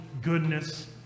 goodness